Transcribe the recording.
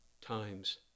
times